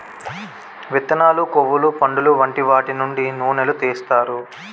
విత్తనాలు, కొవ్వులు, పండులు వంటి వాటి నుండి నూనెలు తీస్తారు